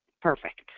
Perfect